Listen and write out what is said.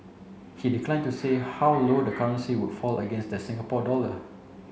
he declined to say how low the currency would fall against the Singapore dollar